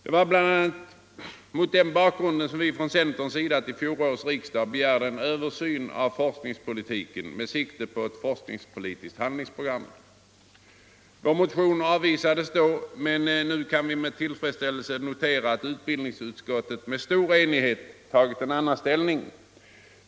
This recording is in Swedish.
Det var bl.a. mot den bakgrunden som vi från centern vid fjolårets riksdag begärde en översyn av forskningspolitiken med sikte på ett forskningspolitiskt handlingsprogram. Vår motion avvisades då, men nu kan 43 vi med tillfredsställelse notera att utbildningsutskottet med stor enighet tagit en annan ställning.